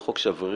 הוא חוק שברירי,